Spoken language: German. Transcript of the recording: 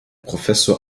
professor